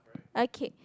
okay